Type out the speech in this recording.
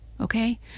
okay